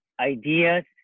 ideas